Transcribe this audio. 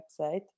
website